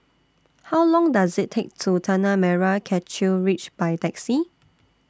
How Long Does IT Take to get to Tanah Merah Kechil Ridge By Taxi